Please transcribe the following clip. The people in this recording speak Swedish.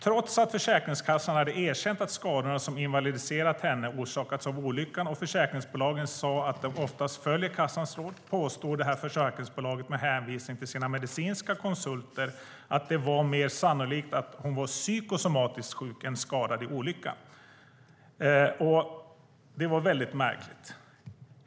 Trots att Försäkringskassan hade erkänt att skadorna som hade invalidiserat henne hade orsakats av olyckan och trots att försäkringsbolaget sade att de oftast följer kassans råd påstår bolaget med hänvisning till sina medicinska konsulter att det var mer sannolikt att kvinnan var psykosomatiskt sjuk än skadad i olyckan. Det var märkligt.